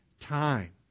time